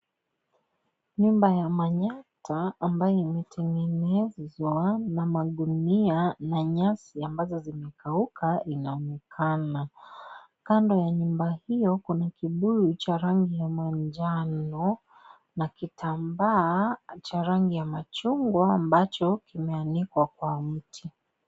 Nyumba ya manyatta, ambayo imetengenezwa na magunia na nyasi ambazo zimekauka, inaonekana. Kando ya nyumba hiyo, kuna kibuyu cha rangi ya manjano na kitambaa cha rangi ya machungwa, ambacho kimeanikwa kwa mti.